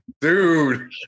Dude